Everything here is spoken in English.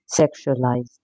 sexualized